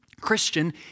Christian